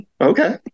okay